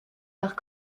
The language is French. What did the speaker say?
leurs